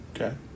Okay